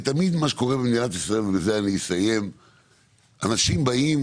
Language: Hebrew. תמיד מה שקורה במדינת ישראל זה אנשים באים